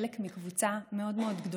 חלק מקבוצה מאוד מאוד גדולה,